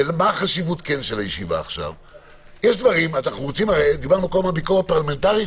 ומה החשיבות של הישיבה דיברנו על ביקורת פרלמנטרית.